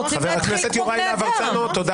חבר הכנסת יוראי להב הרצנו, תודה.